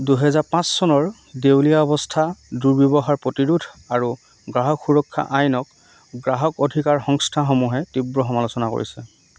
দুহেজাৰ পাঁচ চনৰ দেউলীয়া অৱস্থা দুৰ্ব্যৱহাৰ প্ৰতিৰোধ আৰু গ্ৰাহক সুৰক্ষা আইনক গ্ৰাহক অধিকাৰ সংস্থাসমূহে তীব্ৰ সমালোচনা কৰিছে